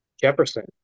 jefferson